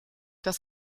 das